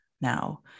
now